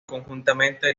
conjuntamente